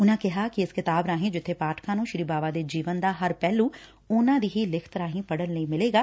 ਉਨਾਂ ਕਿਹਾ ਕਿ ਇਸ ਕਿਤਾਬ ਰਾਹੀ ਜਿਬੇ ਪਾਠਕਾਂ ਨੰ ਸ੍ਰੀ ਬਾਵਾ ਦੇ ਜੀਵਨ ੱਦਾ ਹਰ ਪਹਿਲੁ ਉਨਾਂ ਦੀ ਹੀ ਲਿਖਤ ਰਾਹੀ ਪੜੁਨ ਲਈ ਮਿਲੇਗਾ